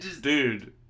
Dude